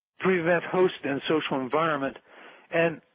prevent host and social environment and